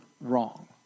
wrong